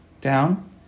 down